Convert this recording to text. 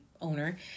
owner